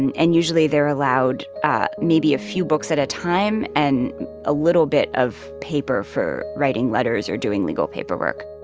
and and usually they're allowed maybe a few books at a time and a little bit of paper for writing letters or doing legal paperwork